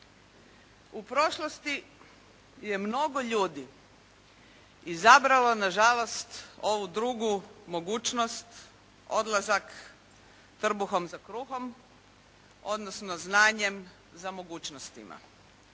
U prošlosti je mnogo ljudi izabralo nažalost ovu drugu mogućnost odlazak trbuhom za kruhom odnosno znanjem za mogućnostima.